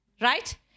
Right